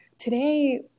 today